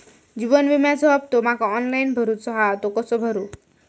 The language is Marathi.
जीवन विम्याचो हफ्तो माका ऑनलाइन भरूचो हा तो कसो भरू?